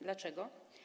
Dlaczego?